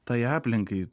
tai aplinkai